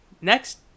next